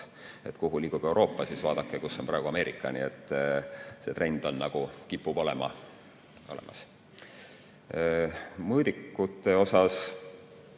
kuhu liigub Euroopa, siis vaadake, kus on praegu Ameerika. Nii et see trend nagu kipub olema olemas. Mõõdikute kohta.